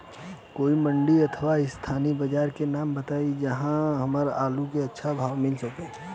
कोई मंडी अथवा स्थानीय बाजार के नाम बताई जहां हमर आलू के अच्छा भाव मिल सके?